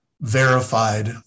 verified